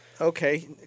okay